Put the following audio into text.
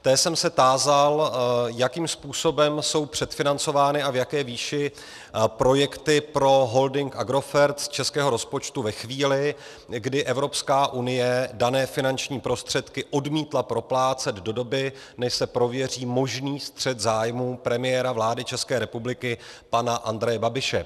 Té jsem se tázal, jakým způsobem jsou předfinancovány a v jaké výši projekty pro holding Agrofert z českého rozpočtu ve chvíli, kdy Evropská unie dané finanční prostředky odmítla proplácet do doby, než se prověří možný střet zájmů premiéra vlády České republiky pana Andreje Babiše.